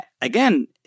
Again